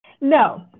No